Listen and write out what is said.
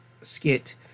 skit